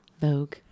Vogue